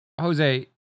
Jose